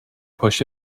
push